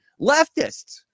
leftists